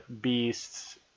beasts